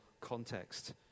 context